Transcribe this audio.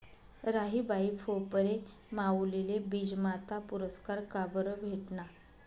राहीबाई फोफरे माउलीले बीजमाता पुरस्कार काबरं भेटना?